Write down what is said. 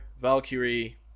Valkyrie